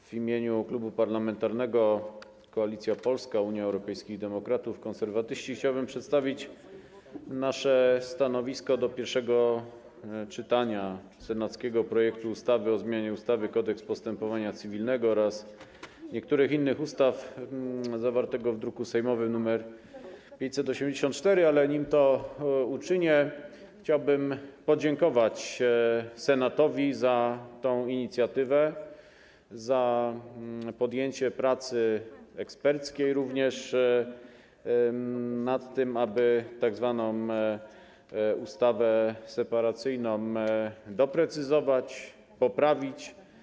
W imieniu Klubu Parlamentarnego Koalicja Polska - Polskie Stronnictwo Ludowe, Unia Europejskich Demokratów, Konserwatyści chciałbym przedstawić nasze stanowisko wobec pierwszego czytania senackiego projektu ustawy o zmianie ustawy Kodeks postępowania cywilnego oraz niektórych innych ustaw, druk sejmowy nr 584, ale nim to uczynię chciałbym podziękować Senatowi za tę inicjatywę, za podjęcie pracy eksperckiej, również nad tym, aby tzw. ustawę separacyjną doprecyzować, poprawić.